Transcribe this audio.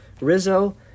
Rizzo